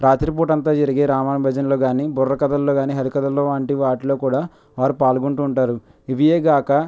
రాత్రిపూట అంతా జరిగే రామ భజనలు కానీ బుర్రకథలు కానీ హరికథలు వంటి వాటిలో కూడా వారు పాల్గోంటు ఉంటారు ఇవే గాక